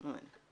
אמן.